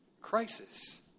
crisis